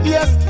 Yes